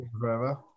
forever